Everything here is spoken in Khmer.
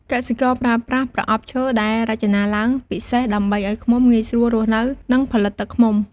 កសិករប្រើប្រាស់ប្រអប់ឈើដែលរចនាឡើងពិសេស ដើម្បីឲ្យឃ្មុំងាយស្រួលរស់នៅ និងផលិតទឹកឃ្មុំ។